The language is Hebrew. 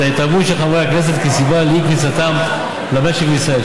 ההתערבות של חברי הכנסת כסיבה לאי-כניסתם למשק בישראל.